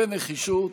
בנחישות,